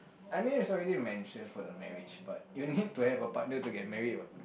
I mean it's already mention for the marriage part you need to have a partner to get married what